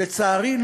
לצערי,